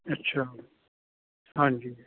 ਅੱਛਾ ਹਾਂਜੀ